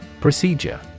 Procedure